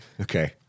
Okay